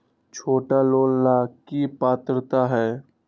छोटा लोन ला की पात्रता है?